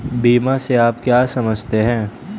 बीमा से आप क्या समझते हैं?